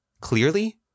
clearly